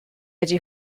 ydy